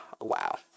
Wow